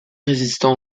résistant